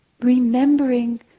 remembering